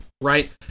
right